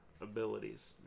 abilities